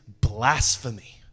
blasphemy